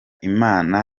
imana